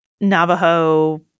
Navajo